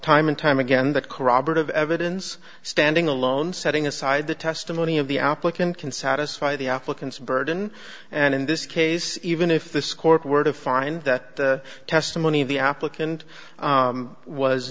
time and time again that corroborative evidence standing alone setting aside the testimony of the applicant can satisfy the applicant's burden and in this case even if this court were to find that the testimony of the applicant